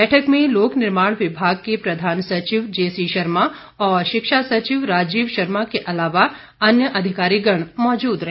बैठक में लोक निर्माण विभाग के प्रधान सचिव जे सी शर्मा और शिक्षा सचिव राजीव शर्मा के अलावा अन्य अधिकारीगण मौजूद रहे